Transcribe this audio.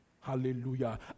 Hallelujah